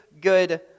good